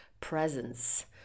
presence